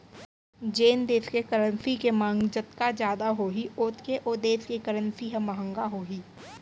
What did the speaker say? जेन देस के करेंसी के मांग जतका जादा होही ओतके ओ देस के करेंसी ह महंगा होही